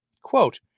Quote